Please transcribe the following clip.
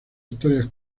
historias